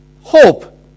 Hope